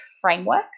framework